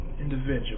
individual